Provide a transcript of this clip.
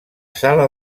sala